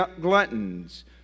gluttons